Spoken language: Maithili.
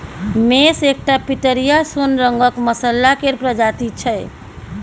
मेस एकटा पितरिया सोन रंगक मसल्ला केर प्रजाति छै